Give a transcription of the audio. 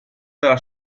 dalla